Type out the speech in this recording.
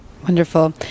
Wonderful